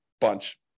bunch